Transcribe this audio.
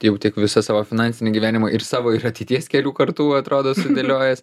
jau tiek visą savo finansinį gyvenimą ir savo ir ateities kelių kartų atrodo sudėliojęs